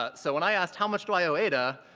ah so when i asked, how much do i owe ada?